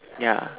ya